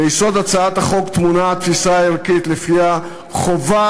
ביסוד הצעת החוק טמונה התפיסה הערכית שלפיה חובה